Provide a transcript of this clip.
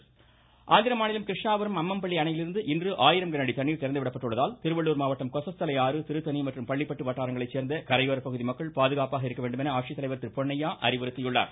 திருவள்ளுர் ஆந்திர மாநிலம் கிருஷ்ணாபுரம் அம்மம்பள்ளி அணையிலிருந்து இன்று ஆயிரம் கனஅடி தண்ணீர் திறந்துவிடப்பட்டுள்ளதால் திருவள்ளுர் மாவட்டம் கொசஸ்தலை ஆறு திருத்தணி மற்றும் பள்ளிப்பட்டு வட்டங்களைச் சேர்ந்த கரையோர மக்கள் பாதுகாப்பாக இருக்க வேண்டுமென அறிவுறுத்தியுள்ளார்